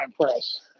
press